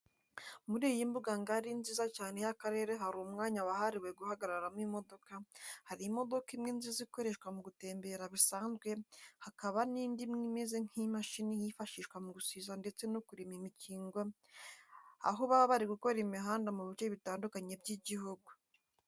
Muri iyi mbuga ngari nziza cyane y'akarere hari umwanya wahariwe guhagararamo imodoka, hari imodoka imwe nziza ikoreshwa mu gutembera bisanzwe, hakaba n'indi imwe imeze nk'imashini yifashishwa mu gusiza ndetse no kurima imikingo aho baba bari gukora imihanda mu bice bitandukanye by'igihugu.